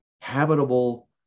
habitable